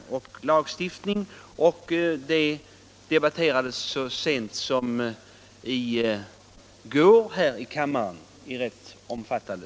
Detta buller debatterades rätt ingående så sent som i går här i kammaren.